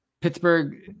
Pittsburgh